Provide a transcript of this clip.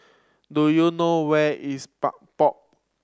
do you know where is Pod